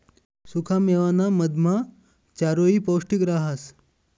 सुखा मेवाना मधमा चारोयी पौष्टिक रहास